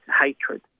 hatred